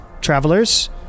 travelers